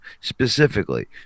specifically